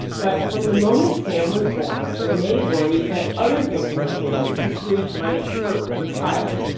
but from the moment sam was born, rene worried that other things in her family's history might hurt her child.